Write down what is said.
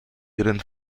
ihren